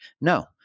no